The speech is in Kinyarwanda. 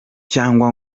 cyangwa